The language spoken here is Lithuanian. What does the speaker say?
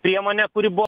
priemonė kuri buvo